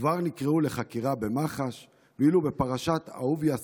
כבר נקראו לחקירה במח"ש, ואילו בפרשת אהוביה סנדק,